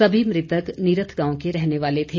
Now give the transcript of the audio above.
सभी मृतक नीरथ गांव के रहने वाले थे